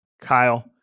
Kyle